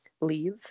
leave